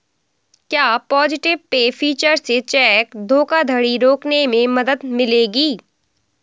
क्या positive pay feature से check धोखाधड़ी रोकने में मदद मिलेगी?